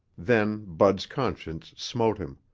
then bud's conscience smote him.